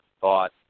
thought